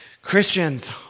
Christians